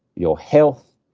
your health,